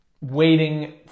waiting